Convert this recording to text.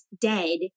dead